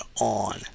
on